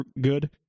good